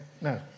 no